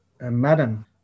Madam